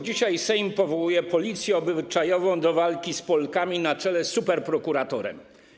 Dzisiaj Sejm powołuje policję obyczajową do walki z Polkami na czele z superprokuratorem.